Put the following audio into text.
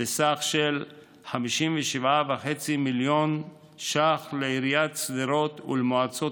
בסך 57.5 מיליון ש"ח לעיריית שדרות ולמועצות